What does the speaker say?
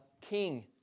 king